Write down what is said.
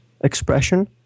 expression